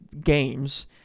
games